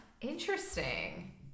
Interesting